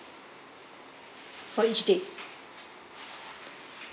for each day